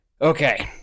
Okay